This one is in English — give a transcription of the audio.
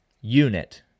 unit